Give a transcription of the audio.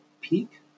peak